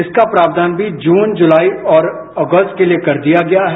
इसका प्रावधान भी जून जुलाई और अगस्त के लिए कर दिया गया है